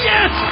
Yes